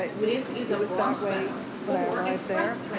it was it was that way when i arrived there.